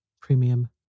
Premium